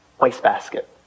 wastebasket